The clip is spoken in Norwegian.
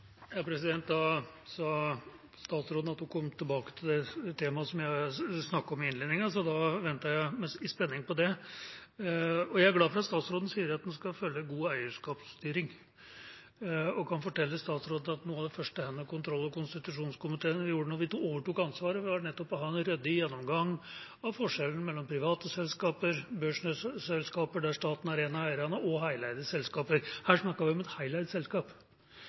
da venter jeg i spenning på det. Jeg er glad for at statsråden sier at man skal følge god eierskapsstyring. Jeg kan fortelle statsråden at noe av det første denne kontroll- og konstitusjonskomiteen gjorde da vi overtok ansvaret, var nettopp å ha en ryddig gjennomgang av forskjellen mellom private selskaper, børsselskaper der staten er en av eierne, og heleide selskaper. Her snakker vi om et heleid selskap.